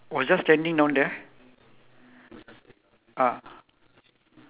extra white sheep my one is the one uh dark got one dark sheep only